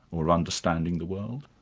or understanding the world?